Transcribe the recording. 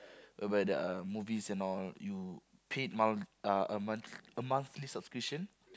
whereby there are movies and all you paid month uh a month a monthly subscription